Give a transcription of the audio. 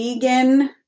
vegan